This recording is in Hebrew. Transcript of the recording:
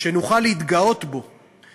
שנוכל להתגאות בו,